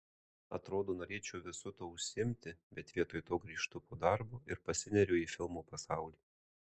atrodo norėčiau visu tuo užsiimti bet vietoj to grįžtu po darbo ir pasineriu į filmų pasaulį